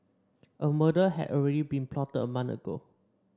a murder had already been plotted a month ago